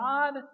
God